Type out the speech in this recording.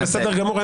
בסדר גמור.